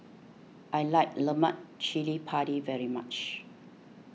I like Lemak Cili Padi very much